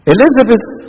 Elizabeth